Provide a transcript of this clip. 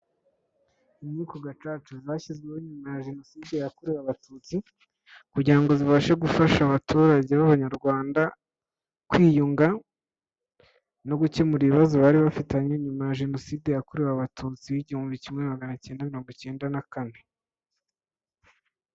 Inkiko gacaca zashyizweho nyuma ya Jenoside yakorewe abatutsi kugira ngo zibashe gufasha abaturage b'abanyarwanda kwiyunga no gukemura ibibazo bari bafitanye nyuma ya Jenoside yakorewe abatutsi, igihumbi kimwe magana icyenda mirongo icyenda na kane.